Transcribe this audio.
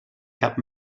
cap